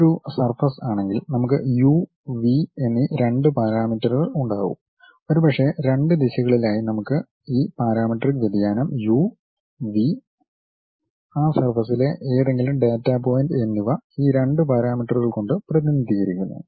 ഇത് ഒരു സർഫസ് ആണെങ്കിൽ നമുക്ക് യു വി എന്നീ രണ്ട് പാരാമീറ്ററുകൾ ഉണ്ടാകും ഒരുപക്ഷേ രണ്ട് ദിശകളിലായി നമുക്ക് ഈ പാരാമെട്രിക് വ്യതിയാനം യു വി ആ സർഫസിലെ ഏതെങ്കിലും ഡാറ്റാ പോയിന്റ് എന്നിവ ഈ രണ്ട് പാരാമീറ്ററുകൾ കൊണ്ട് പ്രതിനിധീകരിക്കുന്നു